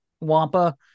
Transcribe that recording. Wampa